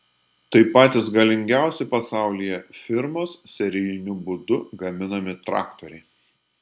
tai patys galingiausi pasaulyje firmos serijiniu būdu gaminami traktoriai